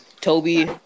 Toby